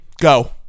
go